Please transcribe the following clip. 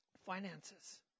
Finances